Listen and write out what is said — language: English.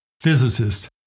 physicist